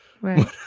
right